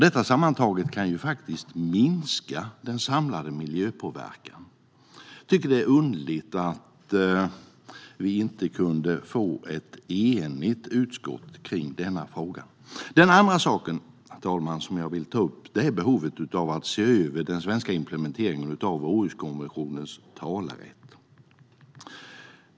Detta sammantaget kan ju faktiskt minska den samlade miljöpåverkan. Jag tycker att det är underligt att vi inte kunde få ett enigt utskott i denna fråga. Herr talman! Den andra saken jag vill ta upp är behovet av att se över den svenska implementeringen av Århuskonventionens talerätt.